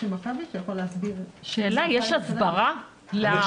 יש הסברה למד"א בקהילה?